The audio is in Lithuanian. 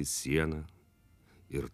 sieną ir